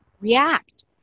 react